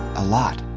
a lot.